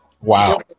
Wow